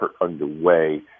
underway